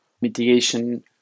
mitigation